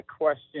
question